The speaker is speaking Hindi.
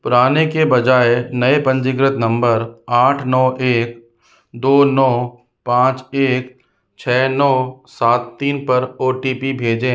पुराने के बजाय नए पंजीकृत नंबर आठ नौ एक दो नौ पाँच एक छः नौ सात तीन पर ओ टी पी भेजें